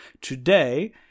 today